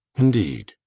indeed?